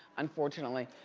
unfortunately,